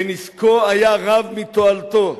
ונזקו היה רב מתועלתו".